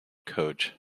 coach